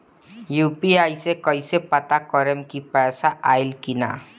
UPI से कईसे पता करेम की पैसा आइल की ना?